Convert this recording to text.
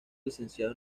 licenciado